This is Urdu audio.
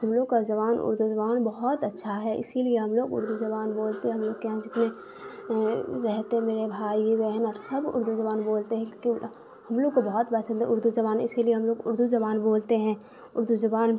ہم لوگ کا زبان اردو زبان بہت اچھا ہے اسی لیے ہم لوگ اردو زبان بولتے ہیں ہم لوگ کے یہاں جتنے رہتے ہیں میرے بھائی بہن اب سب اردو زبان بولتے ہیں کیونکہ ہم لوگ کو بہت پسند ہے اردو زبان اسی لیے ہم لوگ اردو زبان بولتے ہیں اردو زبان